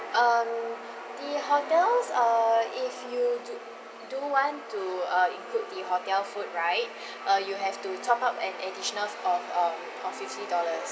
um the hotels uh if you do do want to uh include the hotel food right uh you have to top up an additional of um of fifty dollars